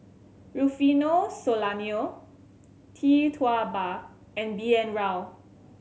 Rufino Soliano Tee Tua Ba and B N Rao